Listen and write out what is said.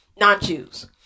non-Jews